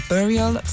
Burial